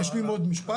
אני רק אשלים עוד משפט.